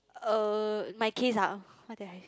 uh my case ah what did I